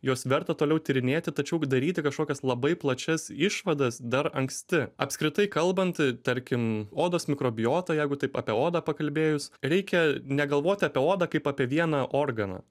juos verta toliau tyrinėti tačiau daryti kažkokias labai plačias išvadas dar anksti apskritai kalbant tarkim odos mikrobiota jeigu taip apie odą pakalbėjus reikia negalvoti apie odą kaip apie vieną organą